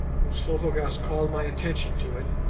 umslopogaas called my attention to it,